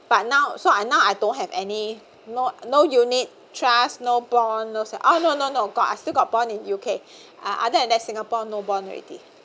but now so I now I don't have any not no unit trust no bond no oh no no no got I still got bond in U_K other than that singapore no bond already